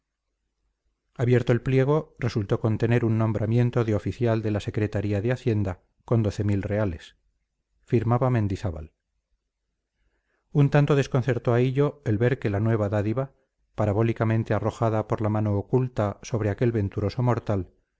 abierto el pliego resultó contener un nombramiento de oficial de la secretaría de hacienda con doce mil reales firmaba mendizábal un tanto desconcertó a hillo el ver que la nueva dádiva parabólicamente arrojada por la mano oculta sobre aquel venturoso mortal